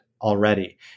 already